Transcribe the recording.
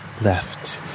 left